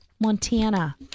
Montana